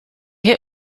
hit